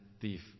thief